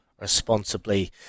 responsibly